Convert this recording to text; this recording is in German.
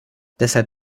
deshalb